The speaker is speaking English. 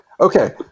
Okay